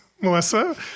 Melissa